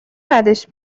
بدش